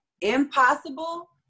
impossible